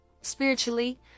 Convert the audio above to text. spiritually